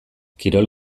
kirol